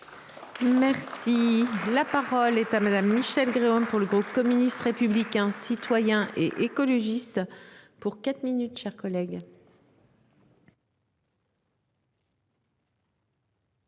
Merci. La parole est à madame Michelle Gréaume pour le groupe communiste, républicain, citoyen et écologiste pour quatre minutes, chers collègues.